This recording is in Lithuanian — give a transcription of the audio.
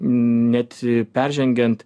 net peržengiant